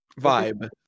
Vibe